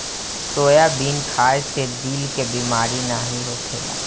soybean खाए से दिल के बेमारी नाइ होखेला